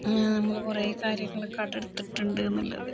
നമ്മള് കുറേ കാര്യങ്ങള് കടമെടുത്തിട്ടുണ്ട് എന്നുള്ളത്